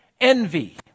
envy